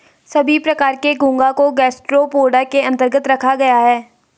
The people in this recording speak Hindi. सभी प्रकार के घोंघा को गैस्ट्रोपोडा के अन्तर्गत रखा गया है